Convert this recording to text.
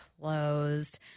closed